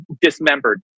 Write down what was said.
dismembered